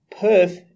Perth